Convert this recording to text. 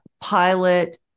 pilot